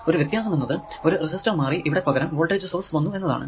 ഒരു വ്യത്യാസം എന്നത് ഒരു റെസിസ്റ്റർ മാറി ഇവിടെ പകരം വോൾടേജ് സോഴ്സ് വന്നു എന്നതാണ്